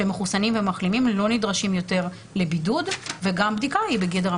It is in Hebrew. שמחוסנים ומחלימים לא נדרשים יותר לבידוד וגם הבדיקה היא בגדר המלצה,